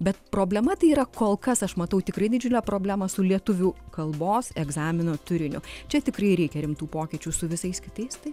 bet problema tai yra kol kas aš matau tikrai didžiulę problemą su lietuvių kalbos egzamino turiniu čia tikrai reikia rimtų pokyčių su visais kitais tai